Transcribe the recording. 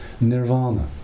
nirvana